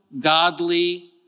godly